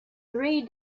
three